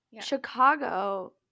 Chicago –